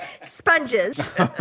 sponges